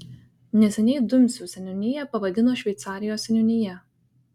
neseniai dumsių seniūniją pavadino šveicarijos seniūnija